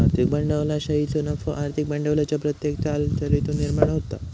आर्थिक भांडवलशाहीचो नफो आर्थिक भांडवलाच्या प्रत्येक हालचालीतुन निर्माण होता